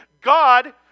God